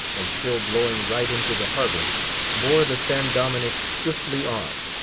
and still blowing right into the harbor bore the san dominick swiftly on.